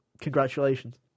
Congratulations